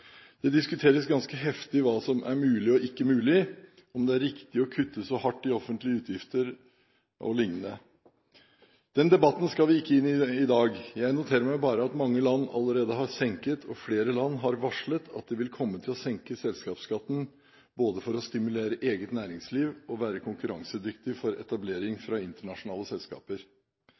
Det diskuteres ganske heftig hva som er mulig og ikke mulig, om det er riktig å kutte så hardt i offentlige utgifter o.l. Den debatten skal vi ikke inn i dag. Jeg noterer meg bare at mange land allerede har senket selskapsskatten, og flere land har varslet at de vil komme til å senke selskapsskatten både for å stimulere eget næringsliv og for å være konkurransedyktig med tanke på etablering av internasjonale selskaper.